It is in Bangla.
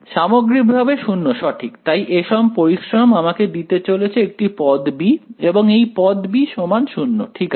সামগ্রিকভাবে 0 সঠিক তাই এইসব পরিশ্রম আমাকে দিতে চলেছে একটি পদ b এবং এই পদ b সমান 0 ঠিক আছে